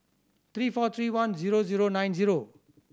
three four three one zero zero nine zero